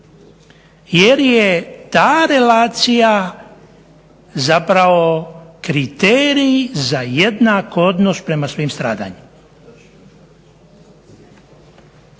jer je ta relacija zapravo kriterij za jednak odnos prema svim stradanjima.